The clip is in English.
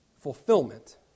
fulfillment